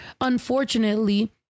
unfortunately